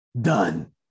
Done